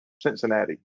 Cincinnati